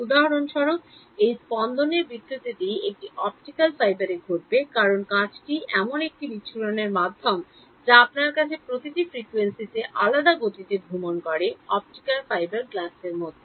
উদাহরণস্বরূপ এই স্পন্দনের বিকৃতিটি একটি অপটিকাল ফাইবারে ঘটবে কারণ কাঁচটি এমন একটি বিচ্ছুরণ মাধ্যম যা আপনার কাছে প্রতিটি ফ্রিকোয়েন্সি আলাদা গতিতে ভ্রমণ করে অপটিকাল ফাইবার গ্লাস থাকে